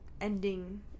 ending